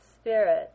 Spirit